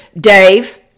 Dave